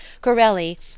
Corelli